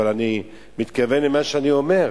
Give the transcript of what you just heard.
אבל אני מתכוון למה שאני אומר.